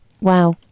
Wow